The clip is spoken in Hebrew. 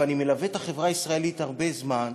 ואני מלווה את החברה הישראלית הרבה זמן,